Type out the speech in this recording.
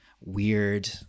weird